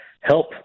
help